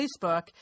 Facebook